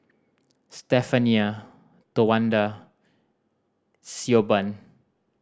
Stephania Towanda Siobhan